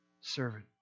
servant